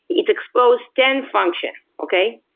it expose ten function. okay?